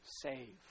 save